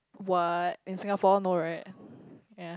what in Singapore no right ya